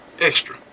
extra